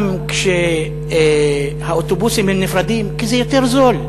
גם כשהאוטובוסים נפרדים, כי זה יותר זול.